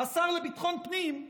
השר לביטחון הפנים,